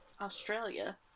Australia